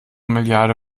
milliarde